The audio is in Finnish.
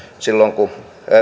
silloin kun